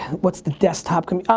what's the desktop computer?